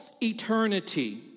eternity